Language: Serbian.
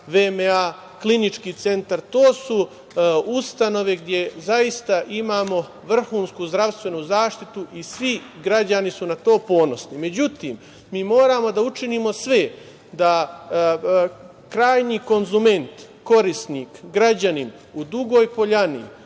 VMA, Klinički centar, to su ustanove gde zaista imamo vrhunsku zdravstvenu zaštitu i svi građani su na to ponosni. Međutim, mi moramo da učinimo sve da krajnji konzument, korisnik, građanin, u Dugoj Poljani